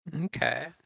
Okay